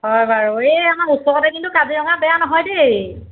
হয় বাৰু এই আমাৰ ওচৰতে কিন্তু কাজিৰঙা বেয়া নহয় দেই